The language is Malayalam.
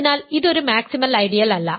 അതിനാൽ ഇത് ഒരു മാക്സിമൽ ഐഡിയൽ അല്ല